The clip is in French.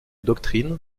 doctrine